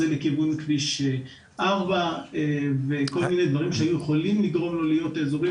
לכיוון כביש 4 וכל מיני דברים שהיו יכולים לגרום לו להיות אזורי.